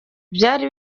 byari